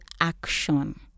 action